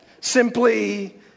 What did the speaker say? Simply